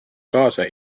kaasa